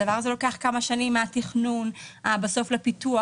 הדבר הזה לוקח כמה שנים מהתכנון בסוף לפיתוח,